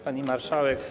Pani Marszałek!